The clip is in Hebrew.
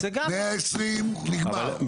נגמר.